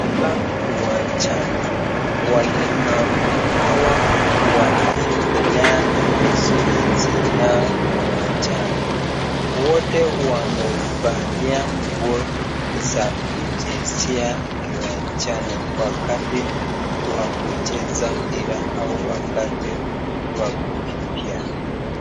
Hapa uwanjani walemavu hawa wanaendelea na mazoezi yao uwanjani. Wote wamevalia nguo za kuchezea uwanjani wakati wa kucheza mpira au wakati wa kukimbia.